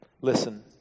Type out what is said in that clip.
Listen